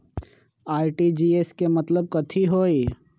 RTGS के मतलब कथी होइ?